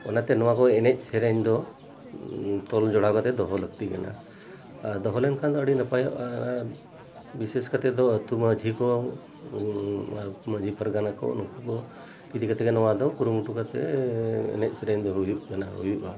ᱚᱱᱟᱛᱮ ᱱᱚᱣᱟ ᱠᱚ ᱮᱱᱮᱡ ᱥᱮᱨᱮᱧ ᱫᱚ ᱛᱚᱞ ᱡᱚᱲᱟᱣ ᱠᱟᱛᱮᱫ ᱫᱚᱦᱚ ᱞᱟᱹᱠᱛᱤ ᱠᱟᱱᱟ ᱟᱨ ᱫᱚᱦᱚ ᱞᱮᱱᱠᱷᱟᱱ ᱫᱚ ᱟᱹᱰᱤ ᱱᱟᱯᱟᱭᱚᱜᱼᱟ ᱟᱨ ᱵᱤᱥᱮᱥ ᱠᱟᱛᱮ ᱫᱚ ᱟᱛᱳ ᱢᱟᱺᱡᱷᱤ ᱠᱚ ᱢᱟᱺᱡᱷᱤ ᱯᱷᱟᱨᱜᱟᱱᱟ ᱠᱚ ᱱᱩᱠᱩ ᱠᱚ ᱤᱫᱤ ᱠᱟᱛᱮ ᱜᱮ ᱱᱚᱣᱟ ᱫᱚ ᱠᱩᱨᱩᱢᱩᱴᱩ ᱠᱟᱛᱮ ᱮᱱᱮᱡ ᱥᱮᱨᱮᱧ ᱫᱚ ᱦᱩᱭᱩᱜ ᱠᱟᱱᱟ ᱦᱩᱭᱩᱜᱼᱟ